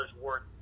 worth